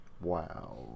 Wow